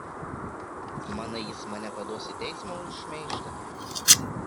manai jis mane paduos į teismą už šmeižtą